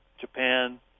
Japan